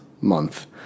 month